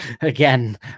again